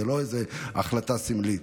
זאת לא איזו החלטה סמלית.